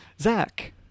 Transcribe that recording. zach